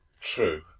True